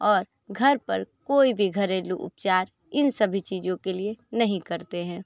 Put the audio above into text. और घर पर कोई भी घरेलू उपचार इन सभी चीज़ों के लिए नहीं करते हैं